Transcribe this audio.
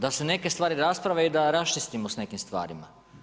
Da se neke stvari rasprave i da raščistimo s nekim stvarima.